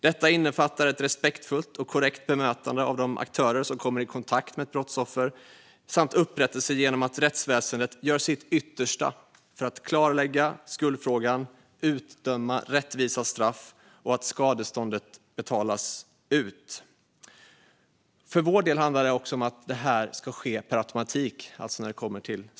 Detta innefattar ett respektfullt och korrekt bemötande från de aktörer som kommer i kontakt med ett brottsoffer samt upprättelse genom att rättsväsendet gör sitt yttersta för att klarlägga skuldfrågan och utdöma rättvisa straff och genom att skadestånd betalas ut. För vår del handlar det också om att detta ska ske per automatik.